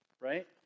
right